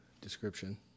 description